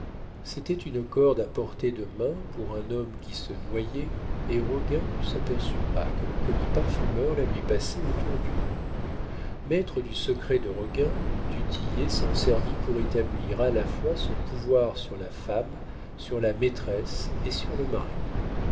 c'était une corde à portée de main pour un homme qui se noyait et roguin ne s'aperçut pas que le commis parfumeur la lui passait autour du cou maître du secret de roguin du tillet s'en servit pour établir à la fois son pouvoir sur la femme sur la maîtresse et sur le mari